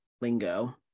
lingo